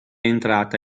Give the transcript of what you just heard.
entrata